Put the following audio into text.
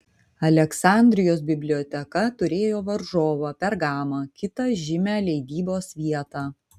aleksandrijos biblioteka turėjo varžovą pergamą kitą žymią leidybos vietą